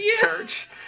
church